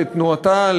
לתנועתה,